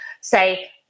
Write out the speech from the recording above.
say